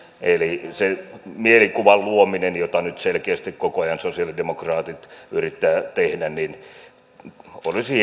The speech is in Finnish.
eli sen mielikuvan luomisen sijaan jota nyt selkeästi koko ajan sosialidemokraatit yrittävät tehdä olisi